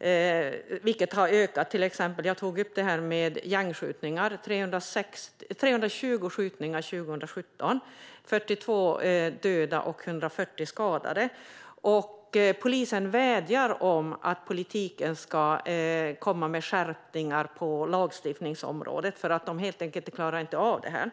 ökad omfattning. Jag tog till exempel upp detta med gängskjutningar: 320 skjutningar 2017, 42 döda och 140 skadade. Polisen vädjar om att politiken ska komma med skärpningar på lagstiftningsområdet, för de klarar helt enkelt inte av detta.